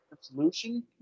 solution